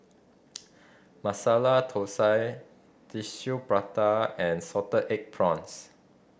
Masala Thosai Tissue Prata and salted egg prawns